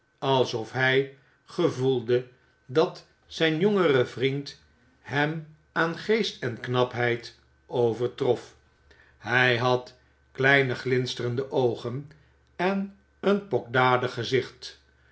alsof hij gevoelde dat zijn jongere vriend hem aan geest en knapheid overtrof hij had kleine glinsterende oogen en een pokdalig gezicht